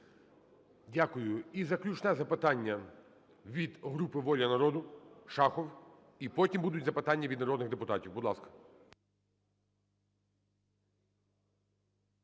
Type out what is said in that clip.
Дякую. І заключне запитання - від групи "Воля народу" Шахов. І потім будуть запитання від народних депутатів. Будь ласка.